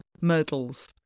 myrtles